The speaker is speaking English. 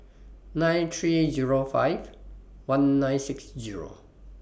nine three Zero five one nine six Zero